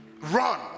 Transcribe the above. Run